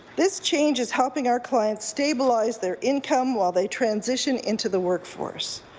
this change is helping our clients stabilize their income while they transition into the work force.